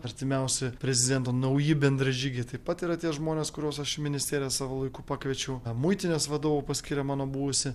artimiausi prezidento nauji bendražygiai taip pat yra tie žmonės kuriuos aš į ministerijas savo laiku pakviečiau muitinės vadovą paskyrė mano buvusį